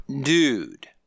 Dude